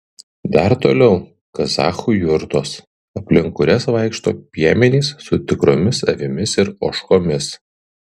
dar toliau kazachų jurtos aplink kurias vaikšto piemenys su tikromis avimis ir ožkomis